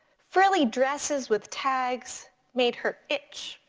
frilly dresses with tags made her itch,